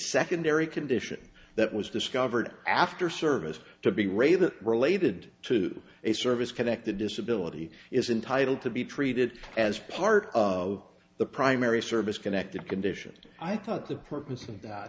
secondary condition that was discovered after service to be re that related to a service connected disability is entitle to be treated as part of the primary service connected condition i thought the purpose of that